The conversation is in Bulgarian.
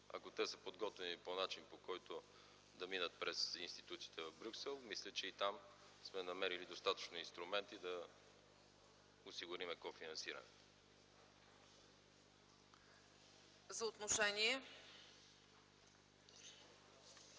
ако те са подготвени по начин, по който да минат през институциите в Брюксел, мисля, че и там сме намерили достатъчно инструменти да осигурим кофинансиране. ПРЕДСЕДАТЕЛ